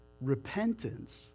Repentance